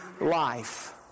life